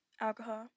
alcohol